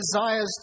desires